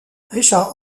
richard